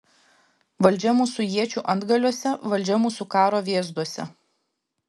valdžia mūsų iečių antgaliuose valdžia mūsų karo vėzduose